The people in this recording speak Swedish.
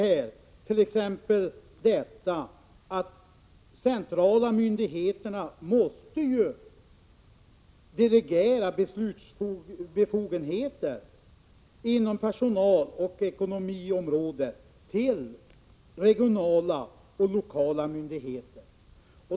Den gick t.ex. ut på att de centrala myndigheterna måste delegera beslutsbefogenheter inom personaloch ekonomiområden till regionala och lokala myndigheter.